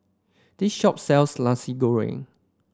this shop sells Nasi Goreng